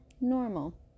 normal